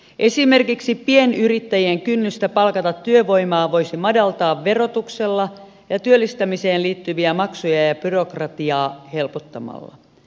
esimerkiksi pienyrittäjien kynnystä palkata työvoimaa voisi madaltaa verotuksella ja työllistämiseen liittyviä maksuja ja byrokratiaa helpottamalla